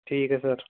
ਠੀਕ ਹੈ ਸਰ